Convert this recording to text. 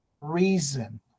reason